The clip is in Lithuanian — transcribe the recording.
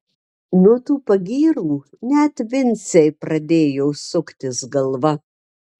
nuo tų pagyrų net vincei pradėjo suktis galva